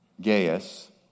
Gaius